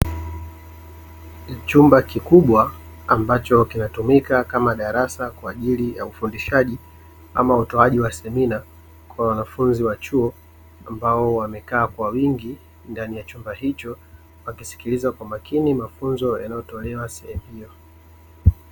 Chumba kikubwa ambacho kinatumika kama darasa kwa ajili ya ufundishaji ama utoaji wa semina kwa wanafunzi wa chuo ambao wamejaa kwa wingi ndani ya chumba hicho, wakisikiliza kwa makini mafunzo yanayotolewa sehemu hiyo.